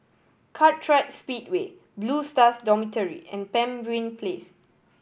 Kartright Speedway Blue Stars Dormitory and Pemimpin Place